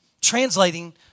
translating